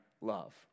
love